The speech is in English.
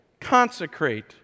consecrate